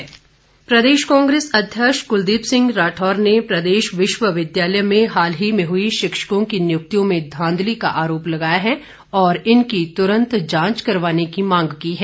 कुलदीप राठौर प्रदेश कांग्रेस अध्यक्ष कुलदीप सिंह राठौर ने प्रदेश विश्वविद्यालय में हाल ही में हुई शिक्षकों की नियुक्तियों में धांधली का आरोप लगाया है और इनकी तुरंत जांच करवाने की मांग की है